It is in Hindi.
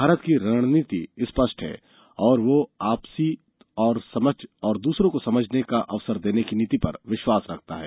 भारत की रणनीति स्पष्ट है और वह आपसी समझ तथा द्रसरों को समझने का अवसर देने की नीति पर विश्वास रखता है